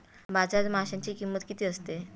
बाजारात माशांची किंमत किती असते?